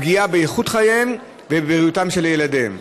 לפגיעה באיכות חייהם ובבריאותם של ילדיהם.